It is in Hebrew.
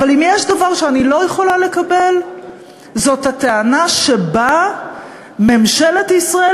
אבל אם יש דבר שאני לא יכולה לקבל זה הטענה שממשלת ישראל,